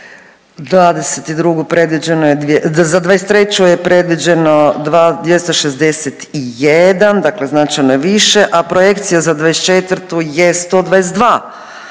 za 2023. je predviđeno 261. Dakle, značajno je više, a projekcija za 2024. je 122,